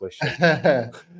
question